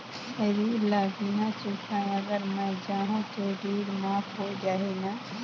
ऋण ला बिना चुकाय अगर मै जाहूं तो ऋण माफ हो जाही न?